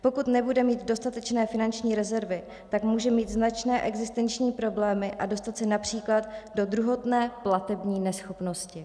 Pokud nebude mít dostatečné finanční rezervy, tak může mít značné existenční problémy a dostat se například do druhotné platební neschopnosti.